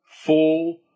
full